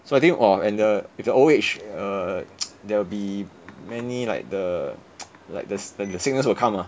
so I think !wah! and the with the old age err there will be many like the like the like the sickness will come ah